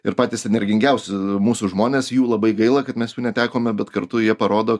ir patys energingiausi mūsų žmonės jų labai gaila kad mes jų netekome bet kartu jie parodo